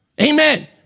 Amen